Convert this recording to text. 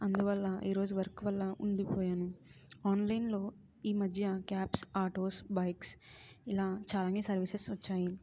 అందువల్ల ఈరోజు వర్క్ వల్ల ఉండిపోయాను ఆన్లైన్లో ఈ మధ్య క్యాబ్స్ ఆటోస్ బైక్స్ ఇలా చాలానే సర్వీసెస్ వచ్చాయి